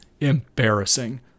embarrassing